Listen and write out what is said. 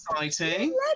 exciting